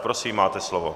Prosím, máte slovo.